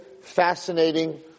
fascinating